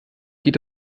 geht